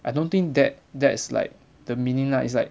I don't think that that's like the meaning lah it's like